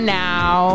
now